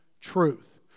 truth